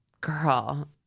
girl